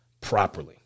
properly